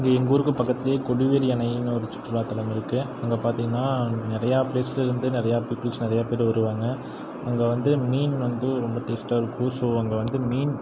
எங்கள் ஊருக்கு பக்கத்தில் கொடியேறு அணைன்னு ஒரு சுற்றுலாத்தலம் இருக்குது அங்கே பார்த்திங்கன்னா நிறையா ப்ளேஸ்லேருந்து நிறையா பீப்பிள்ஸ் நிறையா பேர் வருவாங்க அங்கே வந்து மீன் வந்து ரொம்ப டேஸ்ட்டாக இருக்கும் ஸோ அங்கே வந்து மீன்